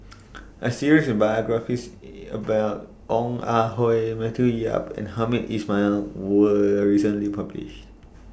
A series of biographies about Ong Ah Hoi Matthew Yap and Hamed Ismail was recently published